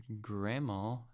Grandma